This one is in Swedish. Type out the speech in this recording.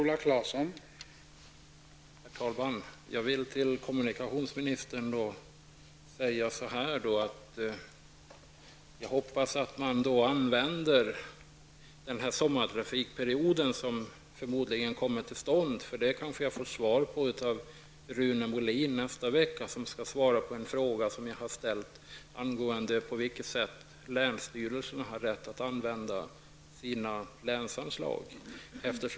Herr talman! Den här sommartrafikperioden kommer förmodligen till stånd. Jag kanske får svar på det av Rune Molin nästa vecka. Han skall då svara på en fråga som jag har ställt angående på vilket sätt länsstyrelsen har rätt att använda sina länsanslag.